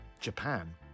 Japan